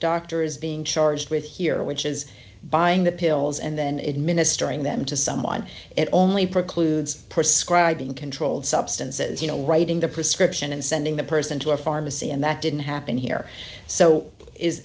doctor is being charged with here which is buying the pills and then administering them to someone it only precludes prescribe being controlled substances you know writing the prescription and sending the person to a pharmacy and that didn't happen here so